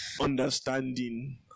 understanding